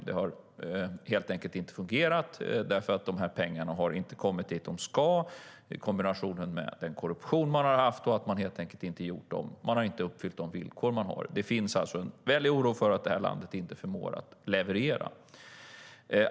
Det har helt enkelt inte fungerat därför att pengarna inte har kommit dit de ska i kombination med den korruption de har haft och att de helt enkelt inte har uppfyllt villkoren. Det finns alltså en väldig oro över att landet inte förmår leverera.